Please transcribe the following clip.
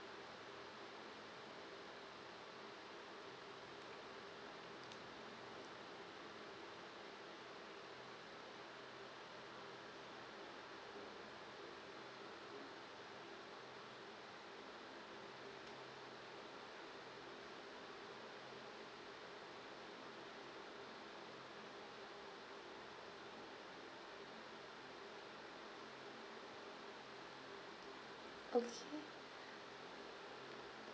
okay